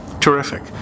Terrific